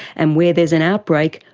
and where there is an outbreak,